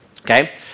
okay